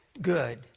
good